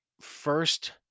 first